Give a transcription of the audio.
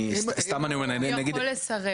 הוא יכול לסרב.